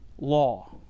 law